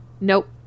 Nope